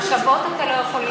במחשבות אתה לא יכול לשלוט.